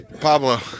Pablo